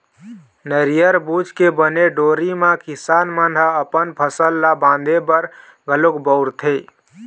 नरियर बूच के बने डोरी म किसान मन ह अपन फसल ल बांधे बर घलोक बउरथे